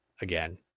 again